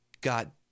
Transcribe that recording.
got